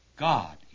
God